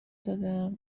دادم